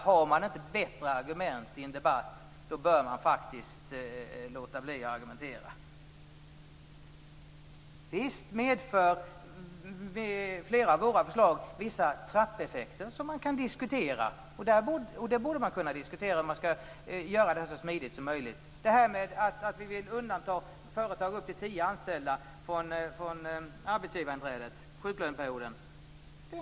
Har man inte bättre argument i en debatt bör man låta bli att argumentera! Visst medför flera av våra förslag vissa trappeffekter. Man borde kunna diskutera hur man skall göra det så smidigt som möjligt. Vi vill undanta företag med upp till tio anställda från arbetsgivarinträdet, sjuklöneperioden.